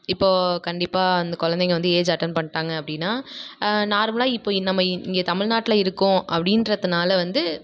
இப்போது கண்டிப்பாக இந்த குழந்தைங்க வந்து ஏஜ் அட்டன் பண்ணிட்டாங்க அப்படின்னா நார்மலாக இப்போது நம்ம இங்கே தமிழ்நாட்டில் இருக்கோம் அப்படின்றதுனால வந்து